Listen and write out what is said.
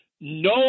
no